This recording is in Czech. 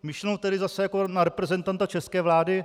Myšleno tedy zase jako na reprezentanta české vlády?